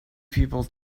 people